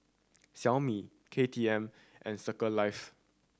Xiaomi K T M and Circle Life